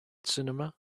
cinema